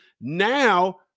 now